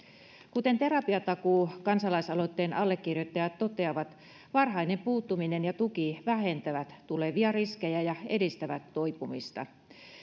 kuten terapiatakuu kansalaisaloitteen allekirjoittajat toteavat varhainen puuttuminen ja tuki vähentävät tulevia riskejä ja edistävät toipumista